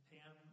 Pam